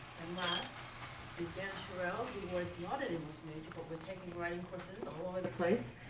and last is dan sharelle who was not an english major, but was taking writing courses all over the place.